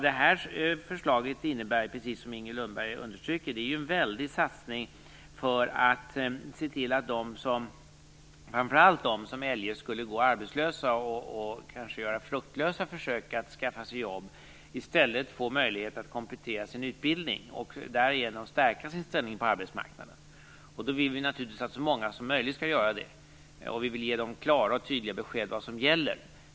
Det här förslaget innebär, precis som Inger Lundberg understryker, en väldig satsning för att se till att framför allt de som eljest skulle gå arbetslösa och kanske göra fruktlösa försök att skaffa sig jobb i stället får möjlighet att komplettera sin utbildning och därigenom stärka sin ställning på arbetsmarknaden. Vi vill naturligtvis att så många som möjligt skall göra det, och vi vill ge dem klara och tydliga besked om vad som gäller.